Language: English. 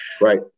Right